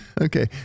okay